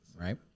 right